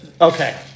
Okay